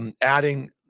adding –